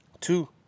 Two